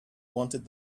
wanted